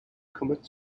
commits